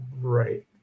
Right